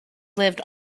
lived